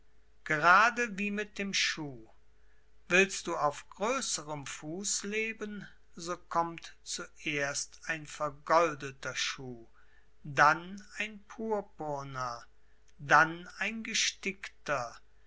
gerade wie mit dem schuh willst du auf größerem fuß leben so kommt zuerst ein vergoldeter schuh dann ein purpurner dann ein gestickter